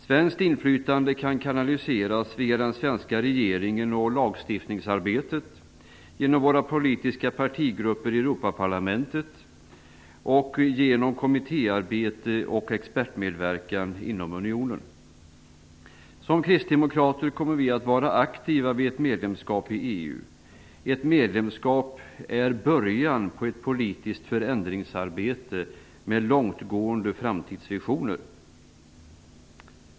Svenskt inflytande kan kanaliseras via den svenska regeringen och lagstiftningsarbetet, inom våra politiska partigrupper i Europaparlamentet samt genom kommittéarbete och expertmedverkan inom unionen. Som kristdemokrater kommer vi att vara aktiva vid ett medlemsskap i EU. Ett medlemsskap är början på ett politiskt förändringsarbete med långtgående framtidsvisioner.